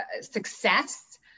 success